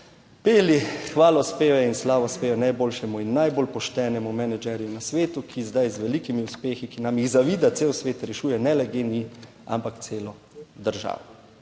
peli hvalospeve in slavospev najboljšemu in najbolj poštenemu menedžerju na svetu, ki zdaj z velikimi uspehi, ki nam jih zavida cel svet, rešuje ne le GEN-I ampak celo državo.